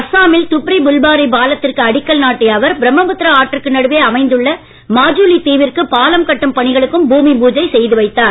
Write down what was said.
அஸ்ஸாமில் துப்ரி புல்பாரி பாலத்திற்கு அடிக்கல் நாட்டிய அவர் பிரம்மாபுத்ரா ஆற்றுக்கு நடுவே அமைந்துள்ள மாஜுலி தீவிற்கு பாலம் கட்டும் பணிகளுக்கும் பூமி பூஜை செய்துவைத்தார்